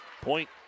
Point